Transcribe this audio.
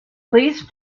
please